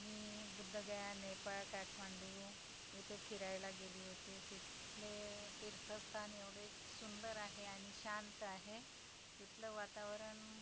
मी बुद्धगया नेपाळ काठमांडू इथे फिरायला गेले होते तिथले तीर्थस्थान एवढे सुंदर आहे आणि शांत आहे तिथलं वातावरण